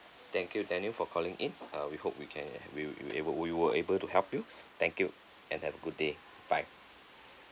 thank you daniel for calling in uh we hope we can we we we were able to help you thank you and have a good day bye